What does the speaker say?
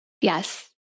Yes